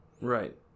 right